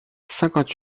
cinquante